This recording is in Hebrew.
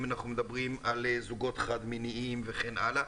אם אנחנו מדברים על זוגות חד-מיניים וכן הלאה.